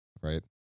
right